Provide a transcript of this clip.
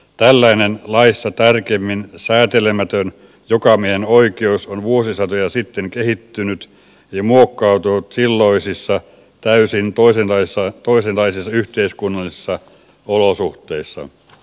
tällainen laissa tarkemmin sääntelemätön jokamiehenoikeus on vuosisatoja sitten kehittynyt ja muokkautunut silloisissa täysin toisenlaisissa yhteiskunnallisissa olosuhteissa